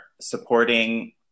supporting